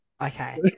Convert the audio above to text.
Okay